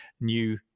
new